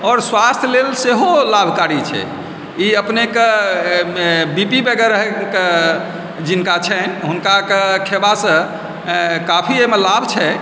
स्वास्थ लेल सेहो लाभकारी छै ई अपनेके बी पी वगैरहके जिनका छनि हुनका कऽ खेबासँ काफी एहिमे लाभ छै